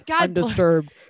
undisturbed